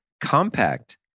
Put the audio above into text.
compact